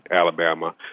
Alabama